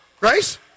right